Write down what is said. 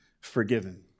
forgiven